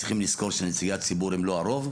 צריכים לזכור שנציגי הציבור הם לא הרוב,